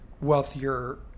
wealthier